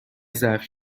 ظرف